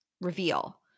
reveal